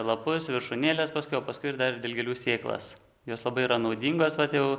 lapus viršūnėles paskui o paskui ir dar dilgėlių sėklas jos labai yra naudingos vat jau